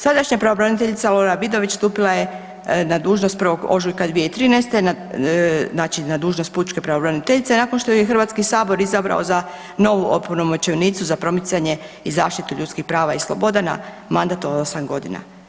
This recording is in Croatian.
Sadašnja pravobraniteljica Lora Vidović stupila je na dužnost 1. ožujka 2013., znači na dužnost pučke pravobraniteljice nakon što ju je Hrvatski sabor izabrao za novu opunomoćenicu za promicanje i zaštitu ljudskih prava i sloboda na mandat od 8 godina.